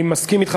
אני מסכים אתך,